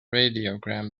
radiogram